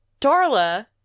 Darla